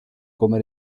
come